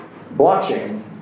Blockchain